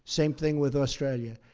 same thing with australia.